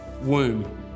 womb